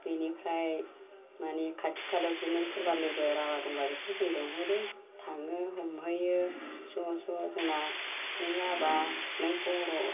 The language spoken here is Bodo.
बेनिफ्राय मानि खाथि खालायाव बिदिनो सोरबा लोगो राभा दङबा बिखौ जोङो लेंहरो थाङो हमहैयो ज' ज' जोंना नों राभा नों बर'